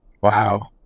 Wow